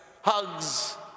hugs